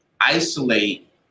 isolate